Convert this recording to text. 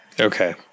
Okay